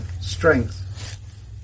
strength